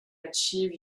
achieve